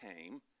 came